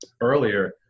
Earlier